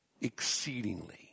exceedingly